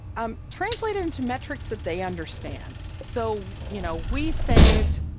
um translate into metrics that they understand, so, you know, we saved